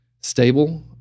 stable